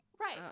Right